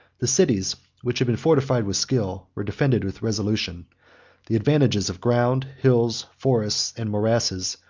the cities which had been fortified with skill, were defended with resolution the advantages of ground, hills, forests, and morasses,